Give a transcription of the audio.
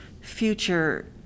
future